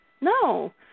No